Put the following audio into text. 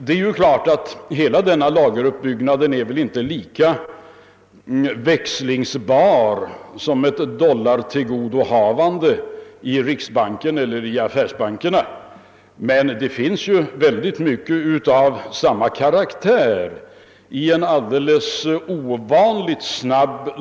Det är ju klart att hela denna lageruppbyggnad inte är lika växlingsbar som ett dollartillgodohavande i riksbanken eller affärsbankerna, men det finns synnerligen mycket av samma karaktär i båda företeelserna.